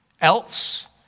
else